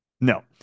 no